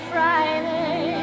Friday